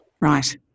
Right